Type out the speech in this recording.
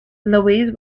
louise